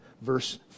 Verse